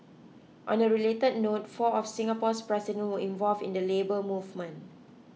on a related note four of Singapore's president were involved in the Labour Movement